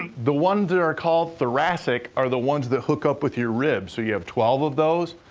the ones that are called thoracic are the ones that hook up with your ribs, so you have twelve of those.